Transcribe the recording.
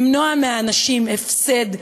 למנוע מהאנשים הפסד,